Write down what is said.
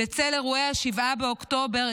בצל אירועי 7 באוקטובר,